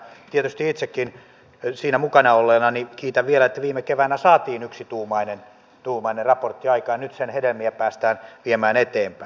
tietysti itsekin siinä mukana olleena kiitän vielä että viime keväänä saatiin yksituumainen raportti aikaan ja nyt sen hedelmiä päästään viemään eteenpäin